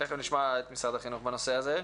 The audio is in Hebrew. תכף נשמע את משרד החינוך בנושא הזה.